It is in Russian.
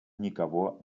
никого